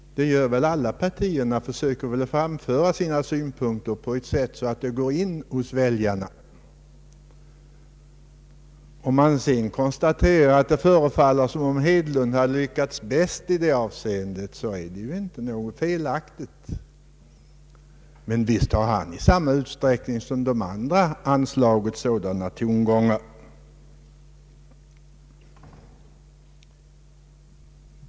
Alla partier söker väl framföra sina synpunkter på sådant sätt att de går hem hos väljarna. Om sedan herr Hedlund tycks ha lyckats bäst i detta avseende, så är det ju i och för sig ingenting att angripa. Men visst har herr Hedlund, liksom övriga deltagare i valdebatten, anslagit sådana tongångar.